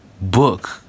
book